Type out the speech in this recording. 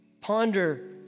ponder